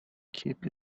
keep